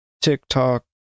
TikTok